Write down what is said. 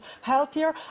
healthier